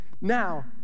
Now